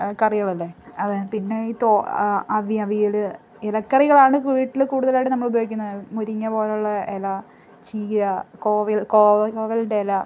കറികളല്ലേ അത് പിന്നെ ഈ തൊ അ അവി അവിയൽ ഇലക്കറികളാണ് വീട്ടിൽ കൂടുതലായിട്ട് നമ്മൾ ഉപയോഗിക്കുന്നത് മുരിങ്ങ പോലെയുള്ള ഇല ചീര കോവൽ കോ കോവലിൻ്റെ ഇല